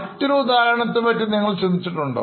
മറ്റൊരു ഉദ്ധാരണത്തെ പറ്റി നിങ്ങൾ ആലോചിച്ചിട്ടുണ്ടോ